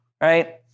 Right